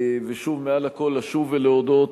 ושוב, מעל לכול, לשוב ולהודות